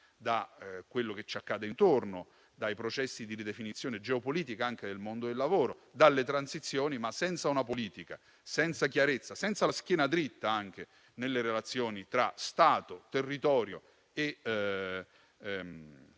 da quello che ci accade intorno, dai processi di ridefinizione geopolitica anche nel mondo del lavoro, dalle transizioni. Tuttavia, senza una politica, senza chiarezza, senza avere la schiena dritta anche nelle relazioni tra Stato, territorio e attività